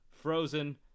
frozen